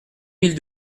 mille